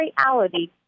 reality